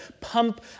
pump